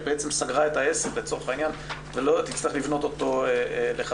היא בעצם סגרה את העסק לצורך העניין ולא תצטרך לבנות אותו לכתחילה.